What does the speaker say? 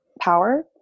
power